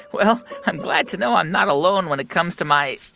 well, i'm glad to know i'm not alone when it comes to my.